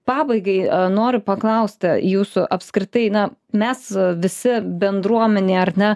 pabaigai noriu paklaust jūsų apskritai na mes visi bendruomenė ar ne